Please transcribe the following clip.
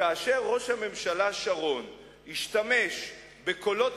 שכאשר ראש הממשלה שרון השתמש בקולות